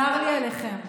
צר לי עליכם.